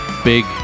big